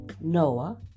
Noah